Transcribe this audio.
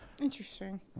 Interesting